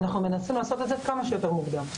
אנחנו מנסים לעשות את זה כמה שיותר מוקדם.